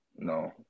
No